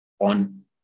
on